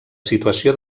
situació